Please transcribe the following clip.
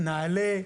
"נעלה",